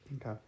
Okay